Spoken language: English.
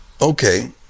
Okay